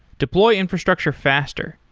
deploy infrastructure faster.